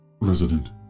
Resident